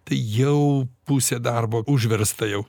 tai jau pusė darbo užversta jau